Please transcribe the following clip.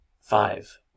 Five